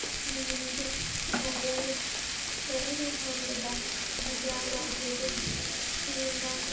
जिन्दगी च आये दे ओ ते करो जो मन करदा जियां ब्याह् कारजे च कोई जन्दा